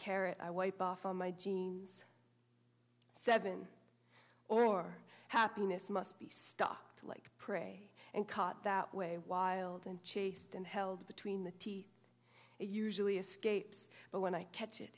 carrot i wipe off on my jeans seven or happiness must be stopped like prey and caught that way wild and chased and held between the teeth it usually escapes but when i catch it